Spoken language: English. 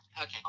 Okay